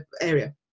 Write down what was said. area